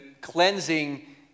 cleansing